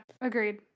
agreed